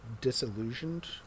disillusioned